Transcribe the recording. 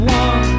one